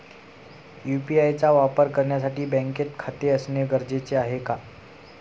UPI चा वापर करण्यासाठी बँकेत खाते असणे गरजेचे आहे का?